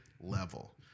level